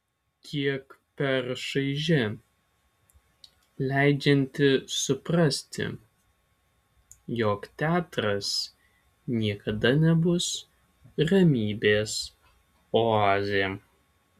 kiek per šaiži leidžianti suprasti jog teatras niekada nebus ramybės oazė